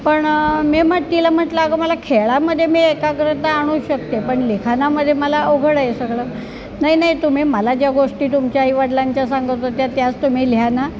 पण मी म्हट तिला म्हटलं अगं मला खेळामध्ये मी एकाग्रता आणू शकते पण लिखाणामध्ये मला अवघड आहे सगळं नाही नाही तुम्ही मला ज्या गोष्टी तुमच्या आईवडलांच्या सांगत होत्या त्याच तुम्ही लिहा ना